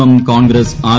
M Congress R